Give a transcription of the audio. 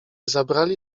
zabrali